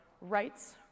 rights